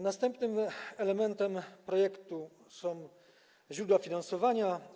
Następny element projektu to źródła finansowania.